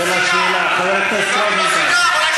זוהיר, תביא לו סיגר.